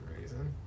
reason